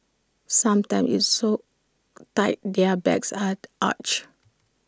sometimes IT so tight their backs are arched